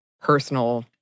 personal